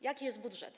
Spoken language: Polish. Jaki jest budżet?